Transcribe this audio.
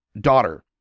daughter